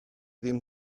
ddim